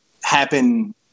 happen